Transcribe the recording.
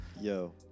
yo